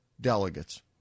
delegates